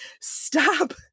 stop